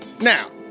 now